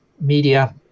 media